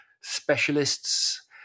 specialists